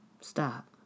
stop